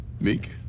Meek